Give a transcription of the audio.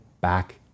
back